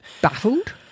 baffled